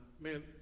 man